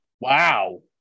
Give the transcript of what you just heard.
Wow